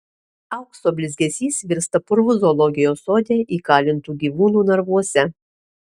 aukso blizgesys virsta purvu zoologijos sode įkalintų gyvūnų narvuose